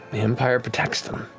the empire protects them.